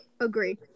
agree